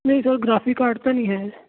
ਨਹੀਂ sir graphic card ਤਾਂ ਨਹੀਂ ਹੈ